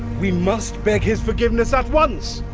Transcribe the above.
we must beg his forgiveness at once.